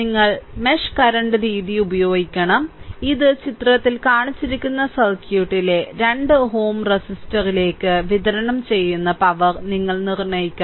നിങ്ങൾ mesh current രീതി ഉപയോഗിക്കണം ഇത് ചിത്രത്തിൽ കാണിച്ചിരിക്കുന്ന സർക്യൂട്ടിലെ 2 Ω റെസിസ്റ്ററിലേക്ക് വിതരണം ചെയ്യുന്ന പവർ നിങ്ങൾ നിർണ്ണയിക്കണം